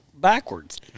backwards